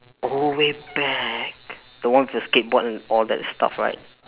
oh way back the one with the skateboard and all that stuff right